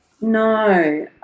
No